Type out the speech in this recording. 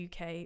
uk